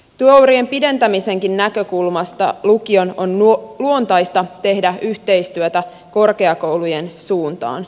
työurien pidentämisenkin näkökulmasta lukion on luontaista tehdä yhteistyötä korkeakoulujen suuntaan